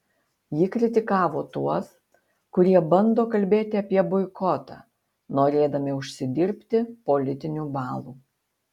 ji kritikavo tuos kurie bando kalbėti apie boikotą norėdami užsidirbti politinių balų